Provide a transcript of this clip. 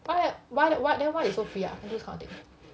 why why then why they so free ah do this kind of thing